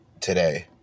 today